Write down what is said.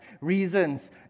reasons